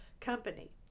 company